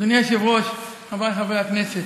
אדוני היושב-ראש, חבריי חברי הכנסת,